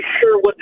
sure